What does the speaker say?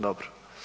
Dobro.